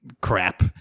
crap